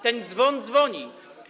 Ten dzwon dzwoni.